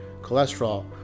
cholesterol